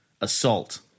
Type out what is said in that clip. Assault